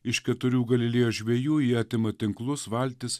iš keturių galilėjos žvejų jie atima tinklus valtis